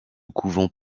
couvent